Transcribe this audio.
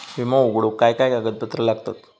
विमो उघडूक काय काय कागदपत्र लागतत?